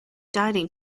dining